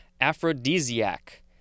aphrodisiac